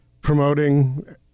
promoting